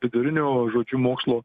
vidurinio žodžiu mokslo